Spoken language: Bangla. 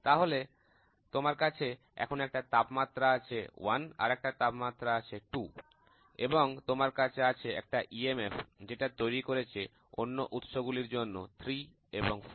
তাহলে তোমার কাছে এখন একটা তাপমাত্রা আছে 1 আর একটা তাপমাত্রা আছে 2 এবং তোমার কাছে আছে একটা বৈদ্যুতিক চুম্বকীয় বল যেটা তৈরি করেছে অন্য উৎস গুলির জন্য 3 এবং 4